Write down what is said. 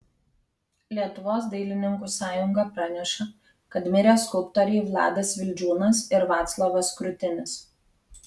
lietuvos dailininkų sąjunga praneša kad mirė skulptoriai vladas vildžiūnas ir vaclovas krutinis